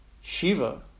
Shiva